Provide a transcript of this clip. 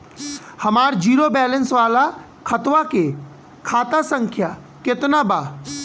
हमार zero balance वाला खतवा के खाता संख्या केतना बा?